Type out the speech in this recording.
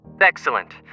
Excellent